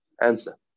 answer